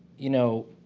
you know,